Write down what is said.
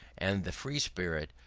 and the free spirit,